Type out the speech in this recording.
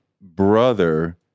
brother